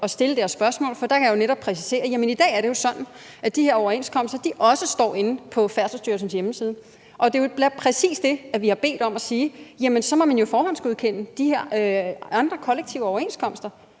at stille det her spørgsmål, for så kan jeg netop præcisere, at det jo i dag er sådan, at de her overenskomster også står inde på Færdselsstyrelsens hjemmeside. Det er jo præcis det, vi har bedt om. Man må forhåndsgodkende de her andre kollektive overenskomster,